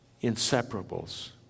inseparables